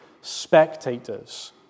spectators